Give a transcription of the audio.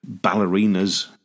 ballerinas